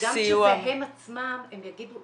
וגם כשזה הם עצמם הם יגידו,